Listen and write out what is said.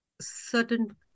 certain